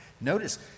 Notice